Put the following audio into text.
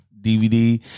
DVD